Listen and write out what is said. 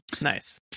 Nice